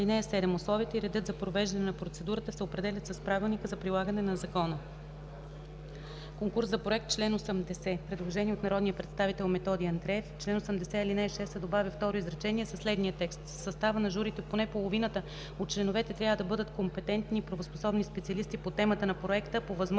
ал. 1. (7) Условията и редът за провеждане на процедурата се определят с правилника за прилагане на закона.” „Конкурс за проект” Има предложение от народния представител Методи Андреев: „В чл. 80, ал. 6 се добавя второ изречение със следния текст: „В състава на журито поне половината от членовете трябва да бъдат компетентни и правоспособни специалисти по темата на проекта, по възможност